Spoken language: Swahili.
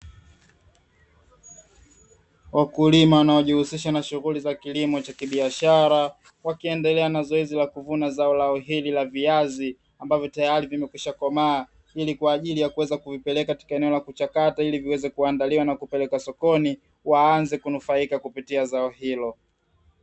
Wakulima wanaojihusisha na shughuli za kilimo wakiendelea na zoezi la kuvuna zao lao hili la viazi ambavyo tayari vimekwishakomaa ili kwa ajili ya kuweza kuipeleka katika eneo la kuchakata ili viweze kuandaliwa na kupeleka sokoni waanze kunufaika kupitia zao hilo.